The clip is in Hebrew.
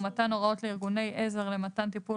ומתן הוראות לארגוני עזר למתן טיפול